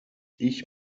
ich